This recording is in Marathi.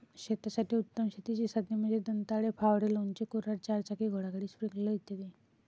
शेतासाठी उत्तम शेतीची साधने म्हणजे दंताळे, फावडे, लोणचे, कुऱ्हाड, चारचाकी घोडागाडी, स्प्रिंकलर इ